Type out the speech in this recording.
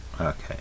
Okay